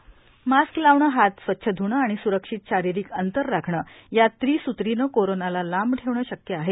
म्ख्यमंत्री मास्क लावणं हात स्वच्छ ध्णं आणि स्रक्षित शारिरिक अंतर राखणं या त्रिस्त्रीनं कोरोनाला लांब ठेवणं शक्य आहे